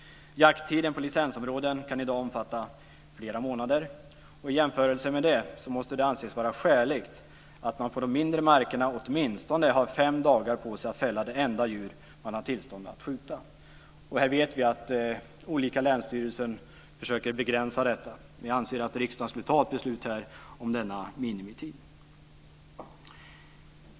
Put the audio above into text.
Jakttiden på licensområden kan i dag omfatta flera månader. I jämförelse med det måste det anses vara skäligt att man på de mindre markerna åtminstone har fem dagar på sig att fälla det enda djur som man har tillstånd att skjuta. Här vet vi att olika länsstyrelser försöker att begränsa tiden. Men jag anser att riksdagen borde fatta beslut om denna minimitid.